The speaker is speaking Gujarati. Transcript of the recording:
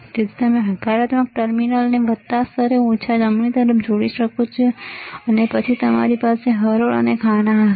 તેથી તમે હકારાત્મક ટર્મિનલને વત્તા સ્તરે ઓછા જમણી તરફ જોડી શકો છો અને પછી તમારી પાસે હરોળ અને ખાના હશે